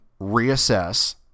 reassess